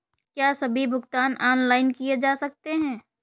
क्या सभी भुगतान ऑनलाइन किए जा सकते हैं?